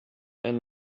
and